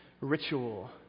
ritual